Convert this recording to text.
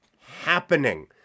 happening